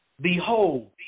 Behold